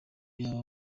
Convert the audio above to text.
yaba